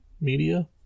media